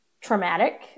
traumatic